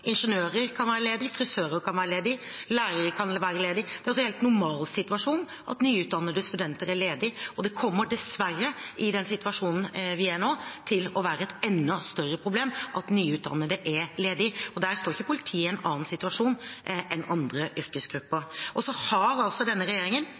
ingeniører kan være ledige, frisører kan være ledige, og lærere kan være ledige. Det er altså normalsituasjonen at nyutdannede studenter er ledige. Det kommer dessverre, i den situasjonen vi er i nå, til å være et enda større problem at nyutdannede er ledige, og der står ikke politiet i en annen situasjon enn andre